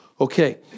Okay